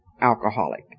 alcoholic